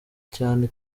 cyane